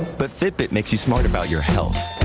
but fitbit makes you smart about your health.